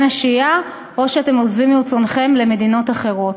השהייה או שאתם עוזבים מרצונכם למדינות אחרות.